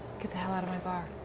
get the hell out of my bar.